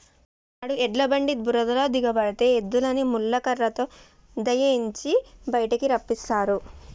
నాడు ఎడ్ల బండి బురదలో దిగబడితే ఎద్దులని ముళ్ళ కర్రతో దయియించి బయటికి రప్పిస్తారు